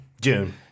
June